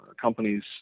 companies